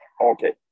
Okay